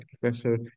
professor